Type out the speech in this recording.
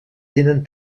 tenen